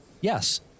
Yes